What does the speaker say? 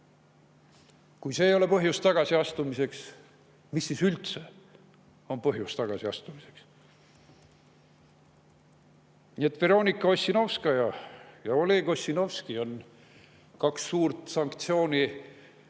Kui see ei ole põhjus tagasiastumiseks, siis mis üldse on põhjus tagasiastumiseks? Nii et Veronika Ossinovskaja ja Oleg Ossinovski on kaks suurt sanktsioonidest